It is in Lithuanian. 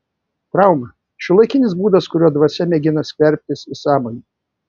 trauma šiuolaikinis būdas kuriuo dvasia mėgina skverbtis į sąmonę